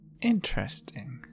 Interesting